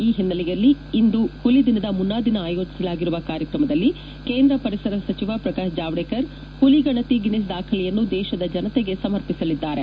ಈ ಹಿನ್ನೆಲೆಯಲ್ಲಿ ಇಂದು ಪುಲಿ ದಿನದ ಮುನ್ನಾದಿನ ಆಯೋಜಿಸಲಾಗಿರುವ ಕಾರ್ಯಕ್ರಮದಲ್ಲಿ ಕೇಂದ್ರ ಪರಿಸರ ಸಚಿವ ಪ್ರಕಾಶ್ ಜಾವಡೇಕರ್ ಪುಲಿ ಗಣತಿ ಗಿನ್ನಿಸ್ ದಾಖಲೆಯನ್ನು ದೇಶದ ಜನಶೆಗೆ ಸಮರ್ಪಿಸಲಿದ್ದಾರೆ